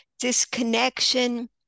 disconnection